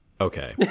okay